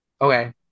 Okay